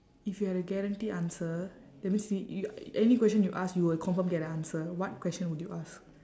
if you had a guarantee answer that means y~ any question you ask you will confirm get an answer what question would you ask